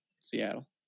Seattle